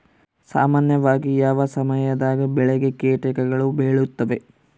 ಸಾಮಾನ್ಯವಾಗಿ ಯಾವ ಸಮಯದಾಗ ಬೆಳೆಗೆ ಕೇಟಗಳು ಬೇಳುತ್ತವೆ?